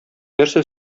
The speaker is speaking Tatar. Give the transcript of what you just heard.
нәрсә